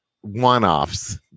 one-offs